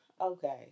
Okay